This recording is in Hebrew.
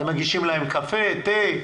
אתם מגישים להם קפה, תה?